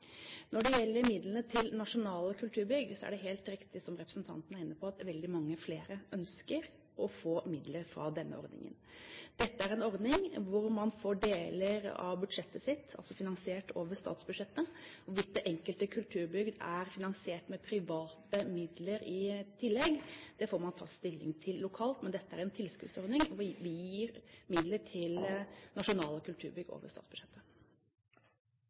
Når det gjelder midlene til nasjonale kulturbygg, er det helt riktig som representanten er inne på, at veldig mange flere ønsker å få midler fra denne ordningen. Dette er en ordning hvor man altså får deler av budsjettet sitt finansiert over statsbudsjettet. Hvorvidt det enkelte kulturbygg er finansiert med private midler i tillegg, får man ta stilling til lokalt. Men dette er en tilskuddsordning hvor vi gir midler til nasjonale kulturbygg over statsbudsjettet.